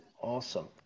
Awesome